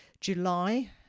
July